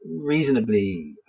reasonably